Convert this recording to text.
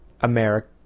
America